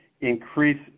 increase